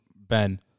Ben